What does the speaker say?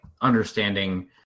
understanding